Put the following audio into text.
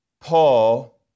Paul